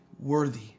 Worthy